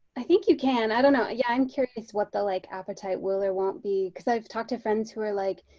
i think you can i don't know. yeah, i'm curious what the like appetite will or won't be. because i've talked to friends who are like